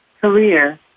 career